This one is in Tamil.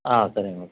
ஆ சரிங்க ஓகே